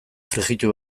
frijitu